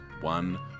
one